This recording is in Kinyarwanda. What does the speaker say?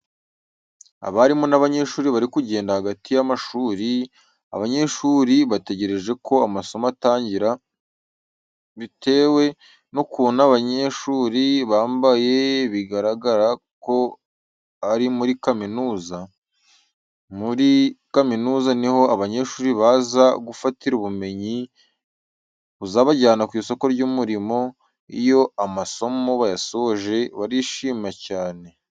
Abarimu n'abanyeshuri bari kugenda hagati y'amashuri, abanyeshuri bategereje ko amasomo atangira. Bitewe nukuntu abanyeshuri bambaye biragaragara ko ari muri kaminuza. Muri kaminuza niho abanyeshuri baza gufatira ubumenyi buzabajyana ku isoko ry'umurimo, iyo amasomo bayasoje barishima cyane.